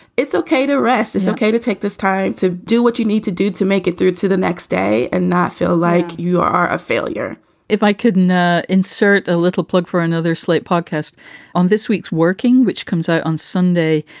it's ok to rest. it's ok to take this time to do what you need to do to make it through to the next day and not feel like you are a failure if i couldn't ah insert a little plug for another slate podcast on this week's working, which comes out on sunday,